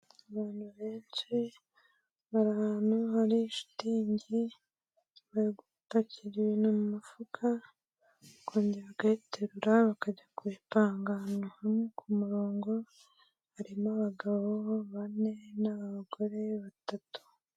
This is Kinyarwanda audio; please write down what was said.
Abantu benshi bari ahantu hari shitingi bari gupakira ibintu mu mifuka, bakongera bakayiterura bakajya kuyipanga ahantu hamwe ku murongo, harimo abagabo bane n'abagore batatu.